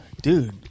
Dude